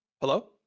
Hello